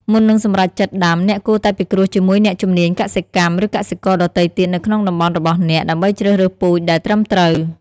មុននឹងសម្រេចចិត្តដាំ អ្នកគួរតែពិគ្រោះជាមួយអ្នកជំនាញកសិកម្ម ឬកសិករដទៃទៀតនៅក្នុងតំបន់របស់អ្នក ដើម្បីជ្រើសរើសពូជដែលត្រឹមត្រូវ។